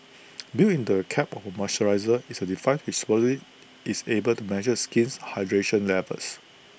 built into the cap of the moisturiser is A device which supposedly is able to measure the skin's hydration levels